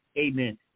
Amen